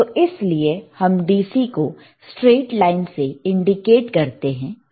तो इसलिए हम DC को स्ट्रेट लाइन से इंडिकेट करते हैं